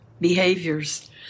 behaviors